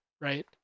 Right